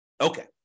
Okay